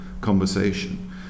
conversation